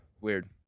weird